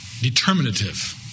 determinative